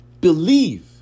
believe